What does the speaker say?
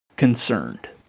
Concerned